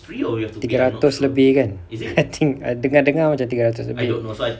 tiga ratus lebih kan I think dengar-dengar macam tiga ratus lebih